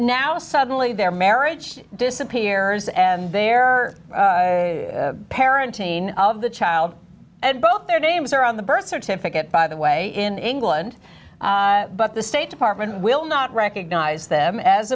now suddenly their marriage disappears and there are parenting of the child and both their names are on the birth certificate by the way in england but the states partment will not recognize them as